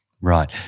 Right